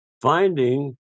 Finding